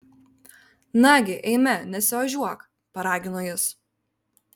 nagi eime nesiožiuok paragino jis